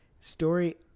story